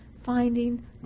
finding